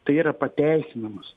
tai yra pateisinimas